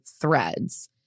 threads